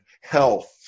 health